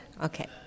Okay